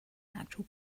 actual